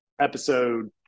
episode